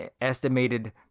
estimated